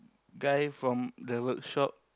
guy from the workshop